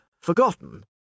forgotten